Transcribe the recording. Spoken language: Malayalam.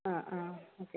ആ ആ ഓക്കെ